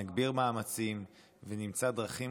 נגביר מאמצים ונמצא דרכים